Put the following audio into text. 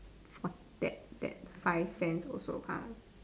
what that that five cents also count